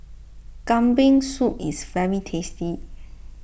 Kambing Soup is very tasty